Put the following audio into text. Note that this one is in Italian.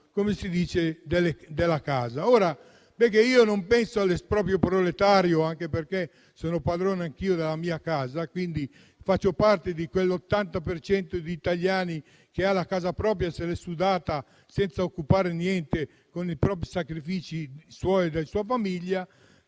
mercato della casa. Ora, io non penso all'esproprio proletario anche perché sono padrone anch'io della mia casa, quindi faccio parte di quell'80 per cento di italiani che ha casa propria e se l'è sudata senza occupare niente, con i sacrifici suoi e della sua famiglia,